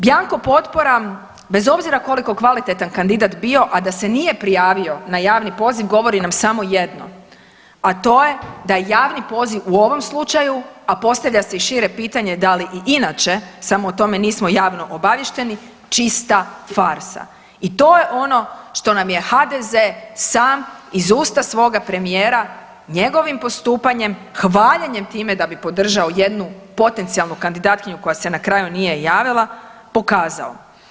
Bjanko potpora bez obzira koliko kvalitetan kandidat bio, a da se nije prijavio na javni poziv govori nam samo jedno, a to je da javni poziv u ovom slučaju, a postavlja se i šire pitanje da li i inače samo o tome nismo javno obaviješteni, čista farsa i to je ono što nam je HDZ sam iz usta svoga premijera, njegovim postupanjem, hvaljenjem time da bi podržao jednu potencijalnu kandidatkinju koja se na kraju nije javila pokazao.